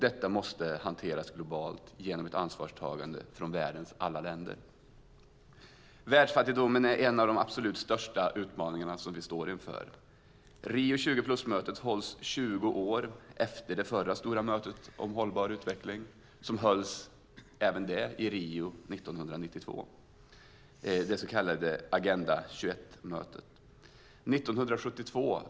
Det måste hanteras globalt genom ett ansvarstagande från världens alla länder. Världsfattigdomen är en av de största utmaningar vi står inför. Rio + 20-mötet hålls 20 år efter det förra stora mötet om hållbar utveckling. Det var det så kallade Agenda 21-mötet som hölls i Rio 1992.